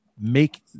make